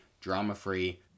drama-free